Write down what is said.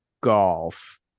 golf